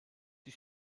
die